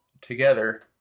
together